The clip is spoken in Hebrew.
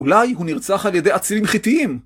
אולי הוא נרצח על ידי עצירים חיתיים?